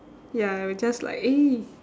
ya I will just like eh